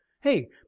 hey